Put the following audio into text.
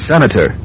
Senator